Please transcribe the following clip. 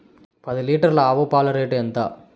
పది లీటర్ల ఆవు పాల రేటు ఎంత?